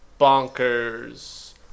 Bonkers